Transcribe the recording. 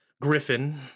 Griffin